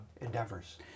endeavors